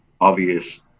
Obvious